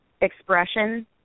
expression